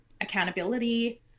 accountability